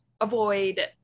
avoid